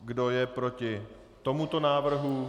Kdo je proti tomuto návrhu?